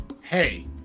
Hey